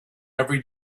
every